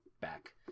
back